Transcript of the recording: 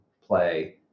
play